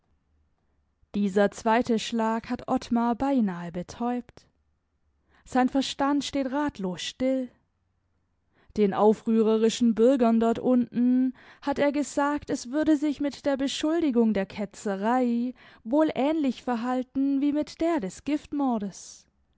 dieser zweite schlag hat ottmar beinahe betäubt sein verstand steht ratlos still den aufrührerischen bürgern dort unten hat er gesagt es würde sich mit der beschuldigung der ketzerei wohl ähnlich verhalten wie mit der des giftmordes